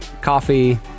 coffee